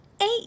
Eight